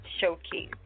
Showcase